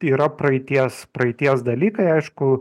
tai yra praeities praeities dalykai aišku